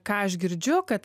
ką aš girdžiu kad